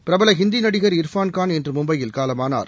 பிரபல ஹிந்தி நடிகர் இர்பான் கான் இன்று மும்பையில் காலமானார்